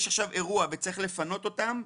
ויש עכשיו אירוע וצריך לפנות אותם,